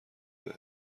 بهش